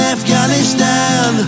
Afghanistan